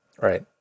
Right